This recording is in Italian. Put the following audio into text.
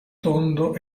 tondo